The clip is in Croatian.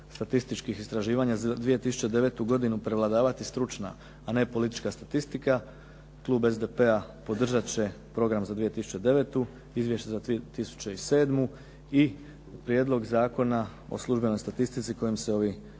statističkih istraživanja za 2009. godinu prevladavati stručna, a ne politička statistika, klub SDP-a podržat će program za 2009., izvještaj za 2007. i Prijedlog Zakona o službenoj statistici kojim se ovi